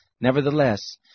Nevertheless